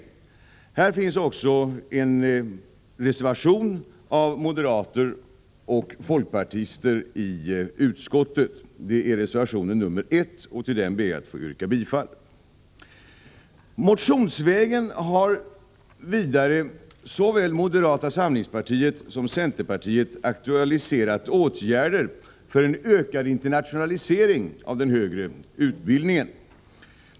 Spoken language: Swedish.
Till detta betänkande har en reservation fogats från moderater och folkpartister i utskottet — reservation 1, och till den ber jag att få yrka bifall. Såväl moderata samlingspartiet som centerpartiet har motionsvägen aktualiserat åtgärder för en ökad internationalisering av den högre utbildningen.